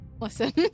Listen